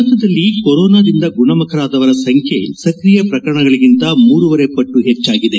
ಭಾರತದಲ್ಲಿ ಕೊರೋನಾದಿಂದ ಗುಣವಾದವರ ಸಂಖ್ಯೆ ಸ್ಕ್ರಿಯ ಪ್ರಕರಣಗಳಿಗಿಂತ ಮೂರೂವರೆ ಪಟ್ನು ಹೆಚ್ಲಾಗಿದೆ